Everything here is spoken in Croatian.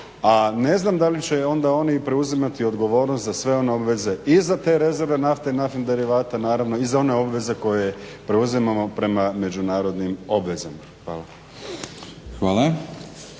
a ne znam da li će onda oni preuzimati odgovornost za sve one obveze i za te rezerve nafte i naftnih derivata naravno i za one obveze koje preuzimamo prema međunarodnim obvezama. Hvala.